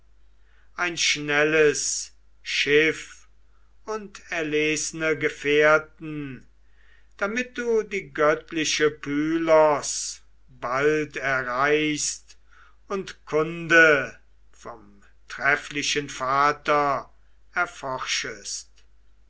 ein schnelles schiff und erlesne gefährten damit du die göttliche pylos bald erreichst und kunde vom trefflichen vater erforschest